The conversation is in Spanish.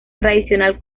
tradicional